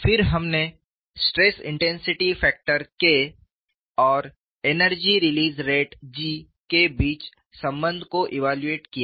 फिर हमने stress intensity factor K और एनर्जी रिलीज़ रेट G के बीच संबंध को इव्यालूएट किया